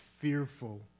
fearful